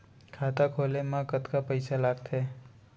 खाता खोले मा कतका पइसा लागथे?